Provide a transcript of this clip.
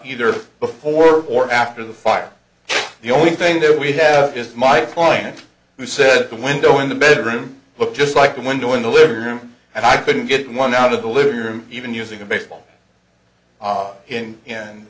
either before or after the fire the only thing that we have is my point who said the window in the bedroom looked just like the window in the living room and i couldn't get one out of the living room even using a baseball